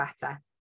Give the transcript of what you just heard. better